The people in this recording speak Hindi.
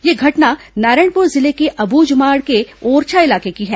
यह घटना नारायणपुर जिले के अब्झमाड़ के ओरछा इलाके की है